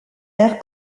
air